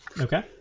Okay